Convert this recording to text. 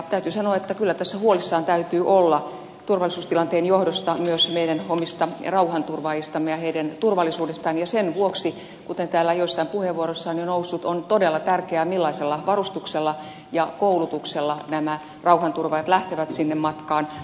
täytyy sanoa että kyllä tässä huolissaan täytyy olla turvallisuustilanteen johdosta myös meidän omista rauhanturvaajistamme ja heidän turvallisuudestaan ja sen vuoksi kuten täällä joissain puheenvuorossa on jo noussut on todella tärkeää millaisella varustuksella ja koulutuksella nämä rauhanturvaajat lähtevät sinne matkaan